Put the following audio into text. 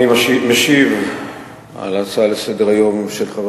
אני משיב על ההצעה לסדר-היום של חבר